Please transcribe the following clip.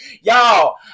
Y'all